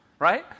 Right